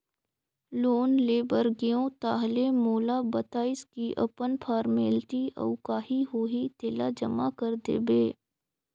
loan ले बर गेंव ताहले मोला बताइस की अपन फारमेलटी अउ काही होही तेला जमा कर देबे